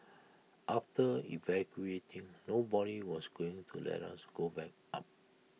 after evacuating nobody was going to let us go back up